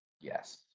Yes